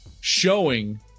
showing